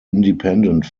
independent